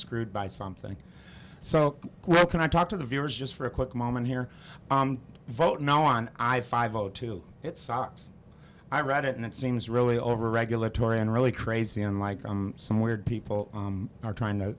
screwed by something so what can i talk to the viewers just for a quick moment here vote now on i five o two it socks i read it and it seems really over regulatory and really crazy unlike some weird people are trying to